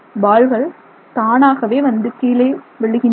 பால்கள் தானாகவே வந்து கீழே விழுகின்றன